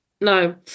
No